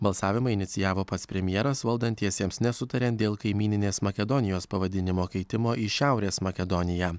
balsavimą inicijavo pats premjeras valdantiesiems nesutariant dėl kaimyninės makedonijos pavadinimo keitimo į šiaurės makedoniją